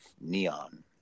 neon